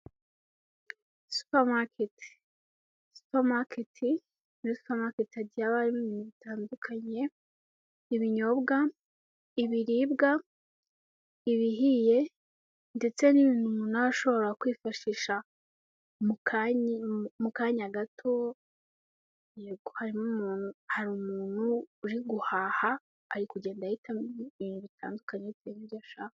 Supermarket muri supermarket hagiye aba hari ibintu bitandukanye ibinyobwa ibiribwa ibihiye ndetse n'ibintu umuntu ashobora kwifashisha mu kanya gato yego harimo umuntu hari umuntu uri guhaha ari kugenda ahitamo ibintu bitandukanye bitewe'i nibyo ashaka